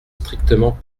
strictement